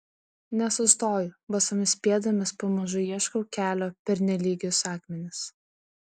nesustoju basomis pėdomis pamažu ieškau kelio per nelygius akmenis